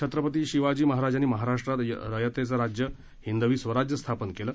छत्रपती शिवाजी महाराजांनी महाराष्ट्रात रयतेचं राज्य हिंदवी स्वराज्य स्थापन केलं